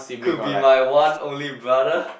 could be my one only brother